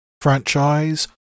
franchise